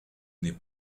n’est